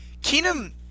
Keenum